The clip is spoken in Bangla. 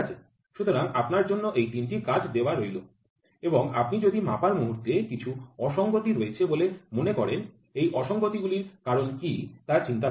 তরাং আপনার জন্য এই তিনটি কাজ দেওয়া রইল এবং আপনি যদি মাপার মুহুর্ততে কিছু অসঙ্গতি রয়েছে বলে মনে করেন এই অসঙ্গতির গুলির কারণ কি তা চিন্তা করুন